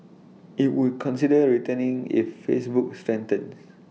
IT would consider returning if Facebook strengthens